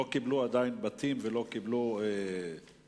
לא קיבלו עדיין בתים ולא קיבלו פיצויים?